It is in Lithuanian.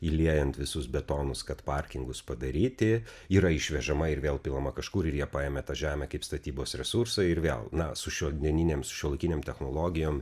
įliejant visus betonus kad parkingus padaryti yra išvežama ir vėl pilama kažkur ir jie paėmė tą žemę kaip statybos resursą ir vėl na su šiuo dieniniams šiuolaikinėm technologijom